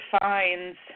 defines